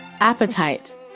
appetite